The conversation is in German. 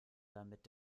damit